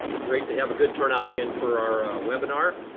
great to have a good turnout again for our webinar.